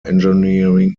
engineering